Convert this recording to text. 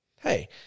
hey